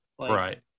Right